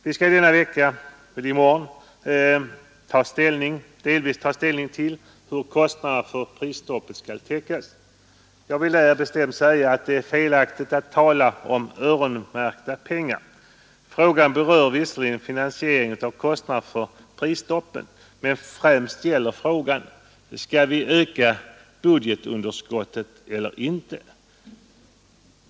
Riksdagen skall i morgon åtminstone delvis ta ställning till hur kostnaderna för prisstoppet skall täckas. Jag vill bestämt säga att det är felaktigt att tala om öronmärkta pengar. Frågan berör visserligen finansieringen av kostnaderna för prisstoppet, men främst gäller frågan: Skall vi öka budgetunderskottet eller inte?